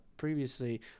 previously